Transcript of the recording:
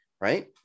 right